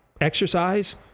exercise